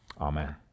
Amen